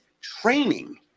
training